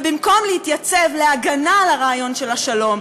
ובמקום להתייצב להגנה על הרעיון של השלום,